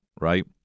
right